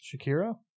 Shakira